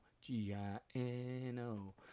g-i-n-o